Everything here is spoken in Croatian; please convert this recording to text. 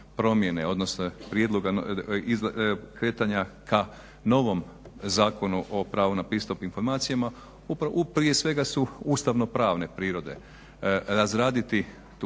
odnosno prijedloga kretanja ka novom zakonu o pravu na pristup informacijama prije svega su ustavno-pravne prirode.